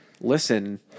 listen